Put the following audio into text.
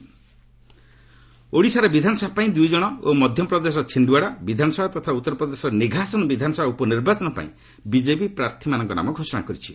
add BJP list ଓଡ଼ିଶାର ବିଧାନସଭା ପାଇଁ ଦୁଇ ଜଣ ଓ ମଧ୍ୟପ୍ରଦେଶର ଛିଣ୍ଡୱାଡ଼ା ବିଧାନସଭା ତଥା ଉତ୍ତରପ୍ରଦେଶର ନିଘାସନ୍ ବିଧାନସଭା ଉପନିର୍ବାଚନ ପାଇଁ ବିଜେପି ପ୍ରାର୍ଥୀମାନଙ୍କ ନାମ ଘୋଷଣା କରିଛି